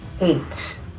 Eight